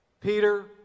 Peter